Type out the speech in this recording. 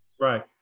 Right